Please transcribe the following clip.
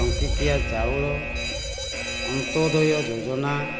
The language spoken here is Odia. ଟଙ୍କିକିଆ ଚାଉଳ ଅନ୍ତୋଦୟ ଯୋଜନା